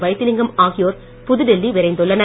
வைத்திலிங்கம் ஆகியோர் புதுடெல்லி விரைந்துள்ளனர்